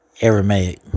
Aramaic